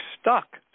stuck